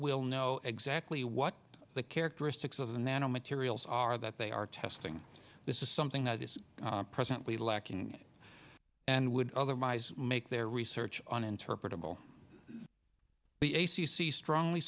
will know exactly what the characteristics of the nanomaterials are that they are testing this is something that is presently lacking and would otherwise make their research on interpretable the a c c strongly